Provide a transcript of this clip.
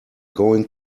going